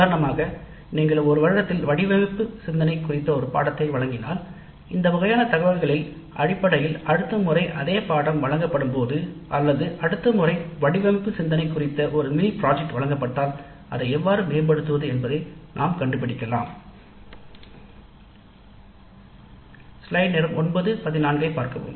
உதாரணமாக நீங்கள் ஒரு வருடத்தில் வடிவமைப்பு சிந்தனை குறித்த ஒரு பாடத்திட்டத்தை வழங்கினால் இந்த வகையான டாட்டாவின் அடிப்படையில் அடுத்த முறை அதே பாடநெறி வழங்கப்படும் போது எவ்வாறு மேம்படுத்துவது என்பதை நாம் கண்டுபிடிக்கலாம் அடுத்த முறை மினி திட்டம் வடிவமைப்பு சிந்தனையில் மீண்டும் வழங்கப்படுகிறது